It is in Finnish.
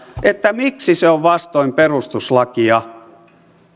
miksi se on vastoin perustuslakia